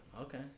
Okay